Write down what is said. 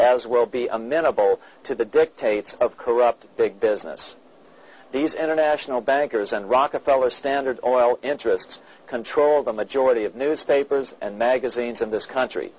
as well be a minimal to the dictates of corrupt big business these international bankers and rockefeller standard oil interests control the majority of newspapers and magazines of this country